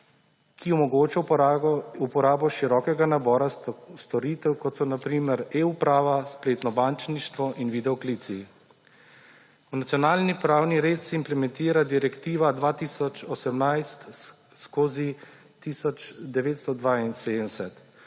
ki omogoča uporabo širokega nabora storitev, kot so na primer eUprava, spletno bančništvo in videoklici. V nacionalni pravni red se implementira Direktiva (EU) 2018/1972.